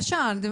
על הנגשה.